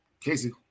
Casey